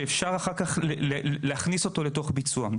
שאפשר אחר כך להכניס אותו לתוך ביצוע.